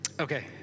Okay